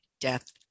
death